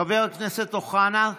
חבר הכנסת אוחנה,